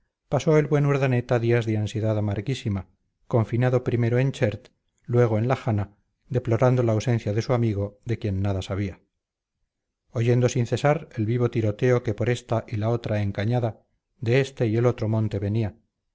pasó el buen urdaneta días de ansiedad amarguísima confinado primero en chert luego en la jana deplorando la ausencia de su amigo de quien nada sabía oyendo sin cesar el vivo tiroteo que por esta y la otra encañada de este y el otro monte venía